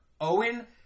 Owen